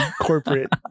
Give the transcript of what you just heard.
corporate